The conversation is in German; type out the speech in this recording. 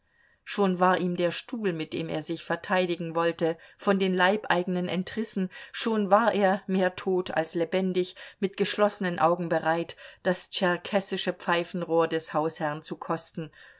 schon war ihm der stuhl mit dem er sich verteidigen wollte von den leibeigenen entrissen schon war er mehr tot als lebendig mit geschlossenen augen bereit das tscherkessische pfeifenrohr des hausherrn zu kosten